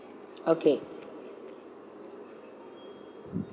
okay